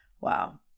Wow